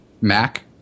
Mac